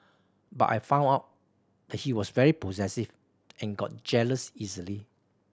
but I found out he was very possessive and got jealous easily